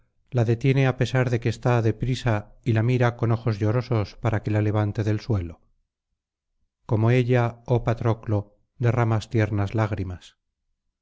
la detiene á pesar de que está de prisa y la mira con ojos llorosos para que la levante del suelo como ella oh patroclo derramas tiernas lágrimas